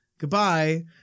Goodbye